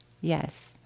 yes